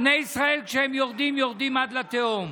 בני ישראל, כשהם יורדים, יורדים עד לתהום.